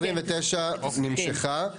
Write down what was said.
29 נמשכה.